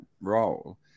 role